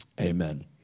amen